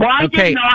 Okay